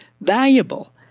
valuable